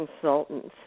consultants